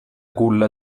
culla